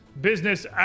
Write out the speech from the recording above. business